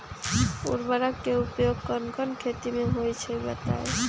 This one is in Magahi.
उर्वरक के उपयोग कौन कौन खेती मे होई छई बताई?